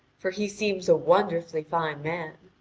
for he seems a wonderfully fine man.